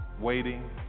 waiting